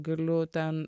galiu ten